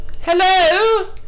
Hello